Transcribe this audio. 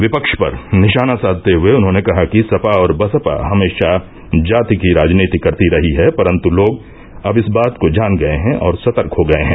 विपक्ष पर निशाना साधते हुए उन्होंने कहा कि सपा और बसपा हमेशा जाति की राजनीति करती रही हैं परन्तु लोग अब इस बात को जान गए हैं और सतर्क हो गए हैं